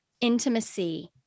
intimacy